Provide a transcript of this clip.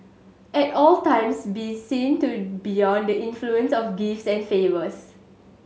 at all times be seen to beyond the influence of gifts and favours